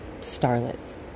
starlets